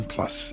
Plus